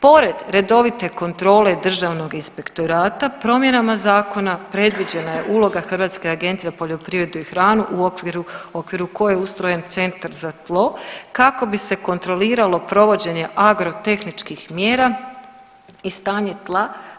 Pored redovite kontrole Državnog inspektorata promjenama zakona predviđena je uloga Hrvatske agencije za poljoprivredu i hranu u okviru, u okviru koje je ustrojen centar za tlo kako bi se kontroliralo provođenje agrotehničkih mjera i stanje tla.